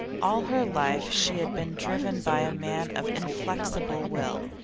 all her life she had been driven by a man of inflexible will,